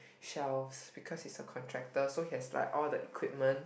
shelves because he's a contractor so he has like all the equipment